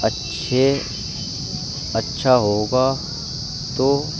اچھے اچھا ہوگا تو